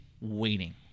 waiting